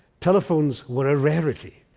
telephones were a rarity.